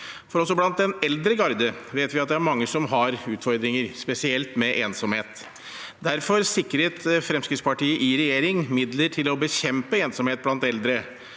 blant den eldre garde vet vi at det er mange som har utfordringer, spesielt med ensomhet. Derfor sikret Fremskrittspartiet i regjering midler til å bekjempe ensomhet blant eldre.